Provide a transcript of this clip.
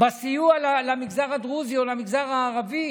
בסיוע למגזר הדרוזי או למגזר הערבי.